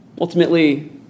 Ultimately